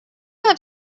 have